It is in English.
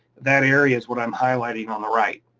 that area is what i'm highlighting on the right.